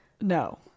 No